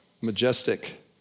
majestic